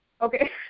Okay